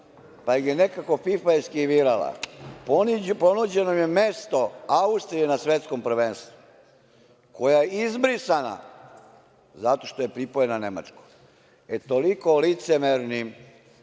pa ih je nekako FIFA eskivirala. Ponuđeno im je mesto Austrije na svetskom prvenstvu, koja je izbrisana zato što je pripojena Nemačkoj. E, toliko o licemernim